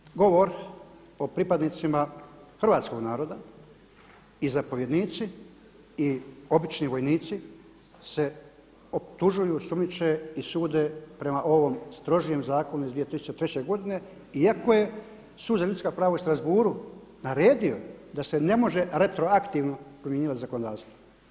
Kada je govor o pripadnicima hrvatskog naroda i zapovjednici i obični vojnici se optužuju, sumnjiče i sude prema ovom strožijem zakonu iz 2003. godine iako je Sud za ljudska prava u Strasbourgu naredio da se ne može retroaktivno primjenjivati zakonodavstvo.